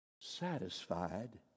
satisfied